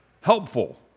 helpful